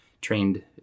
trained